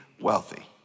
wealthy